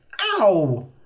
Ow